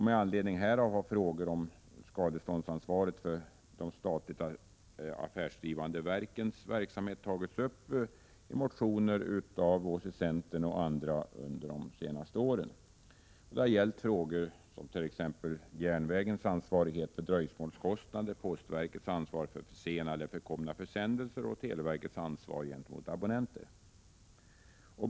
Med anledning härav har frågor om skadeståndsansvar för de statliga affärsdrivande verken under de senaste åren tagits upp i motioner av oss i centern. Det har gällt t.ex. järnvägens ansvar för dröjsmålskostnader, postverkets ansvar för försenade eller förkomna försändelser och televerkets ansvar gentemot abonnenter.